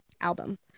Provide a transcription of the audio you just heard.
album